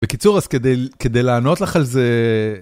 בקיצור אז, כדי ל-כדי לענות לך על זה, אה...